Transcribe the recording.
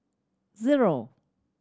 zero